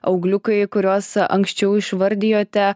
augliukai kuriuos anksčiau išvardijote